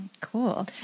Cool